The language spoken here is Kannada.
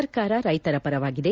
ಸರ್ಕಾರ ರೈತರ ಪರವಾಗಿದೆ